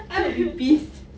I would be pissed